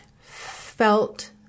felt